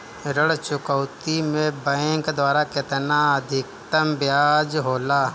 ऋण चुकौती में बैंक द्वारा केतना अधीक्तम ब्याज होला?